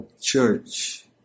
church